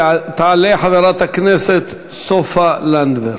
תעלה חברת הכנסת סופה לנדבר,